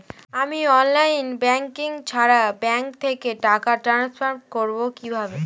আমি online banking ছাড়া bank থেকে টাকা ট্রান্সফার করবো কিভাবে?